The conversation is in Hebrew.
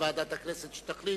הנושא יועבר לוועדת הכנסת, שתחליט.